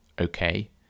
okay